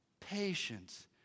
patience